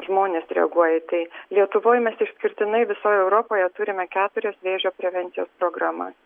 žmonės reaguoja į tai lietuvoj mes išskirtinai visoj europoje turime keturias vėžio prevencijos programas